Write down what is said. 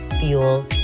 fuel